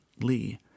lee